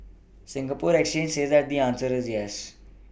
Singapore exchange says that the answer is yes